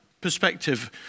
perspective